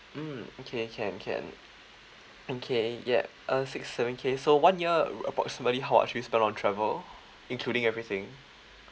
mm okay can can okay ya uh six seven K so one year uh approximately how much you spend on travel including everything